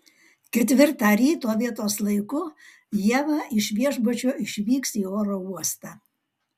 ketvirtą ryto vietos laiku ieva iš viešbučio išvyks į oro uostą